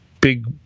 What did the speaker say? big